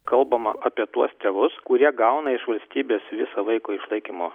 kalbama apie tuos tėvus kurie gauna iš valstybės visą vaiko išlaikymo